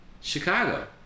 Chicago